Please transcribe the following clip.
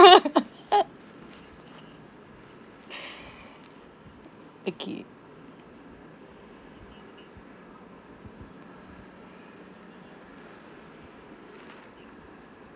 okay